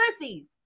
pussies